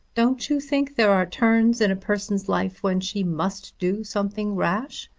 don't you think there are turns in a person's life when she must do something rash.